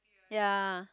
ya